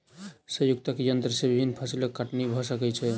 संयुक्तक यन्त्र से विभिन्न फसिलक कटनी भ सकै छै